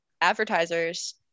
advertisers